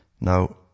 Now